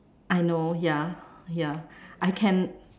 I know ya ya I can